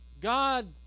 God